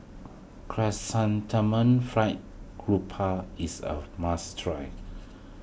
Chrysanthemum Fried Grouper is a must try